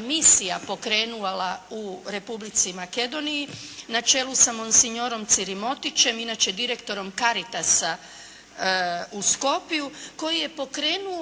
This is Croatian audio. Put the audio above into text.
misija pokrenula u Republici Makedoniji na čelu sa monsinjorom Cirimotićem, inače direktorom Caritasa u Skopju koji je pokrenu